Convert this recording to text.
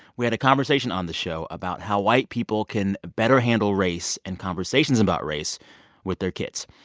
we had a conversation on the show about how white people can better handle race and conversations about race with their kids.